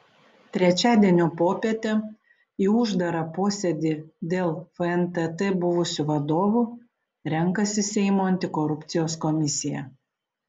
trečiadienio popietę į uždarą posėdį dėl fntt buvusių vadovų renkasi seimo antikorupcijos komisija